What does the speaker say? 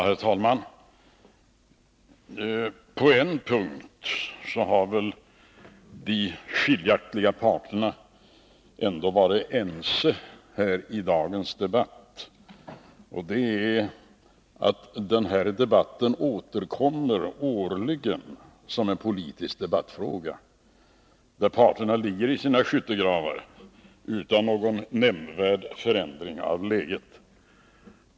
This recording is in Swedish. Herr talman! På en punkt har väl de skiljaktiga parterna ändå varit ense i dagens diskussion, nämligen att detta är en årligen återkommande politisk debattfråga. Parterna ligger i sina skyttegravar utan att det blir någon nämnvärd förändring av läget.